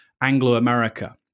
Anglo-America